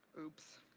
oops.